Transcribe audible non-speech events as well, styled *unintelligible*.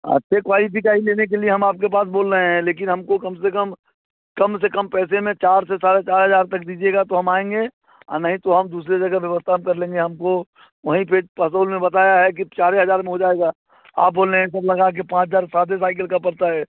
अच्छी क्वायलिटी का ही लेने के लिए हम आपके पास बोल रहें हैं लेकिन हमको कम से कम कम से कम पैसे में चार से साढ़े चार हज़ार तक दीजिएगा तो हम आएंगे नहीं तो हम दूसरी जगह व्यवस्था हम कर लेंगे हमको वहीं पर *unintelligible* में बताया है कि चार हज़ार में हो जाएगा आप बोल रहें सब लगा कर पाँच हज़ार रूपये *unintelligible* साइकिल का पड़ता है